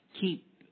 keep